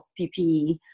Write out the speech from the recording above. PPE